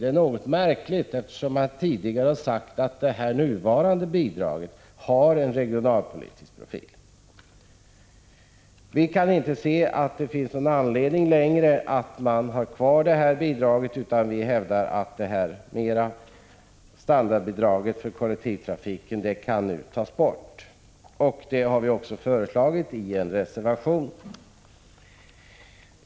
Det är ganska märkligt, eftersom man tidigare sagt att det nuvarande bidraget har en regionalpolitisk profil. Vi kan inte se att det längre finns någon anledning att ha kvar bidraget. Vi hävdar att detta standardbidrag till kollektivtrafiken nu skall tas bort. Detta har vi föreslagit i en reservation.